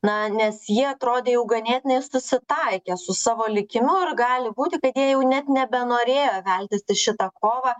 na nes jie atrodė jau ganėtinai susitaikę su savo likimu ar gali būti kad jie jau net nebenorėjo veltis į šitą kovą